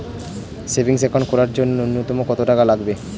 Savings account খোলার জন্য নূন্যতম কত টাকা লাগবে?